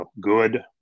good